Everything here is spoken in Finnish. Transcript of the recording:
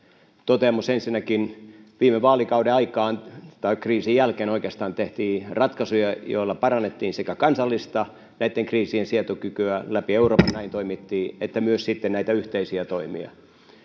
toteamus ensinnäkin viime vaalikauden aikaan tai kriisin jälkeen oikeastaan tehtiin ratkaisuja joilla sekä parannettiin kansallista näitten kriisien sietokykyä läpi euroopan näin toimittiin että tehtiin myös sitten näitä yhteisiä toimia